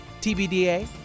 TBDA